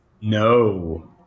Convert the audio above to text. No